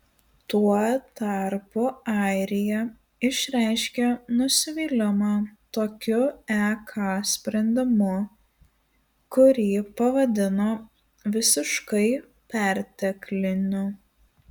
tuo tarpu airija išreiškė nusivylimą tokiu ek sprendimu kurį pavadino visiškai pertekliniu